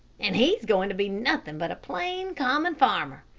and he's going to be nothing but a plain, common farmer.